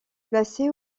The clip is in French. placés